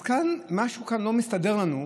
אז משהו כאן לא מסתדר לנו.